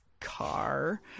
car